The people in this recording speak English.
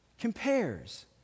compares